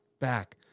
back